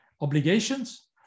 obligations